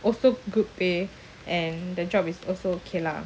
also good pay and the job is also okay lah